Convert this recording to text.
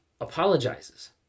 apologizes